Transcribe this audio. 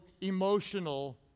emotional